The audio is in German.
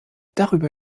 darüber